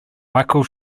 michael